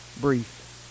Brief